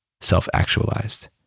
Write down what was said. self-actualized